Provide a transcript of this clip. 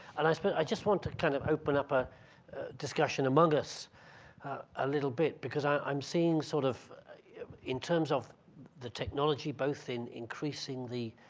and i spent, i just want to kind of open up a discussion among us a little bit because i'm seeing sort of in terms of the technology both in increasing the